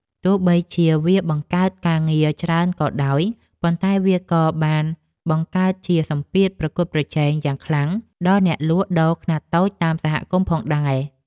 ទោះបីជាវាបង្កើតការងារច្រើនក៏ដោយ ប៉ុន្តែវាក៏បានបង្កើតជាសម្ពាធប្រកួតប្រជែងយ៉ាងខ្លាំងដល់អ្នកលក់ដូរខ្នាតតូចតាមសហគមន៍ផងដែរ។